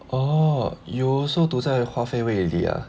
oh you so 读在花菲卫理啊